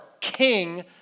king